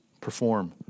perform